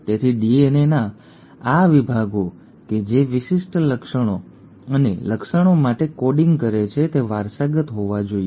તેથી ડીએનએના આ વિભાગો કે જે વિશિષ્ટ લક્ષણો અને લક્ષણો માટે કોડિંગ કરે છે તે વારસાગત હોવા જોઈએ